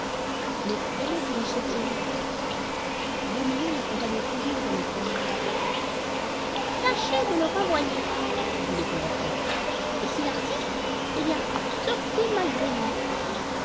mais comment pourrai-je sortir du parc beau minon m'accompagne toujours dans mes promenades tâchez de le renvoyer dit le perroquet et s'il insiste eh bien sortez malgré lui